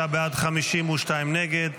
45 בעד, 52 נגד,